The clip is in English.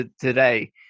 today